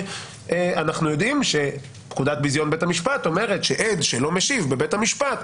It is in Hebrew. אנחנו יודעים שפקודת ביזיון בית המשפט אומרת שעד שלא משיב בבית המשפט,